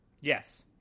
Yes